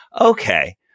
okay